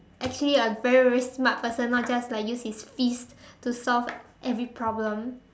actually a very very smart person not just like use his fist to solve every problem